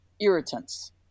irritants